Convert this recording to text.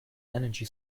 energy